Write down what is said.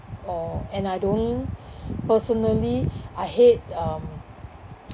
or and I don't personally I hate um